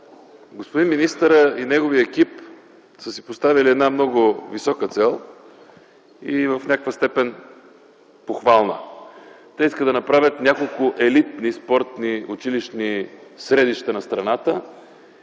Господин министърът и неговият екип са си поставили една много висока цел и в някаква степен похвална. Те искат да направят няколко елитни спортни училищни средища на страната